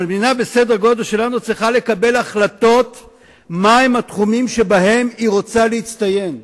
צריכה להחליט מהם התחומים שבהם היא רוצה להצטיין,